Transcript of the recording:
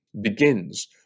begins